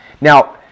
Now